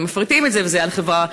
מפריטים את זה וזה על חברה,